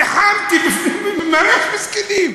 ריחמתי, ממש מסכנים.